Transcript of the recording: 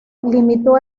limitó